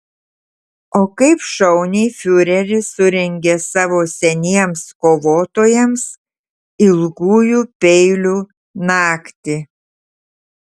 o kaip šauniai fiureris surengė savo seniems kovotojams ilgųjų peilių naktį